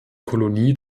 kolonie